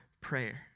prayer